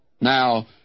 Now